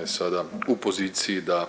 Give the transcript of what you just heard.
je sada u poziciji da